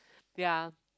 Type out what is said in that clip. ya